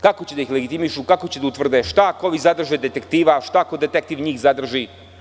Kako će da ih legitimišu, kako će da utvrde, šta ako ovi zadrže detektiva, šta ako detektiv njih zadrži?